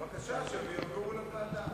בבקשה, שיעבירו לוועדה.